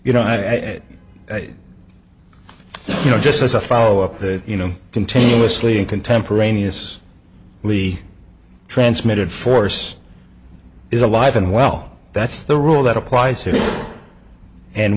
you know i you know just as a follow up that you know continuously in contemporaneous lee transmitted force is alive and well that's the rule that applies